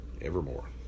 evermore